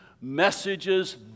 messages